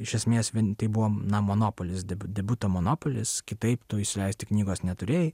iš esmės vien tai buvo na monopolis debiuto monopolis kitaip tu išleisti knygos neturėjai